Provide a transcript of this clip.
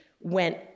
went